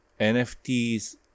NFTs